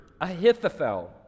Ahithophel